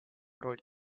roll